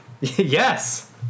Yes